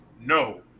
No